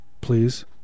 Please